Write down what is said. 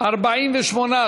טרומית.